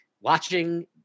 watching